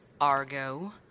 Argo